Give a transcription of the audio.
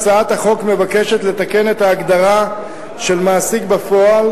הצעת החוק מבקשת לתקן את ההגדרה של מעסיק בפועל,